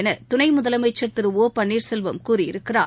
எனதுணைமுதலமைச்சர் திரு ஓ பன்னீர்செல்வம் கூறியிருக்கிறார்